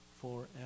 forever